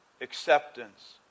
acceptance